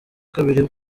kabiri